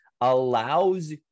allows